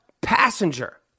passenger